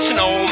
Snow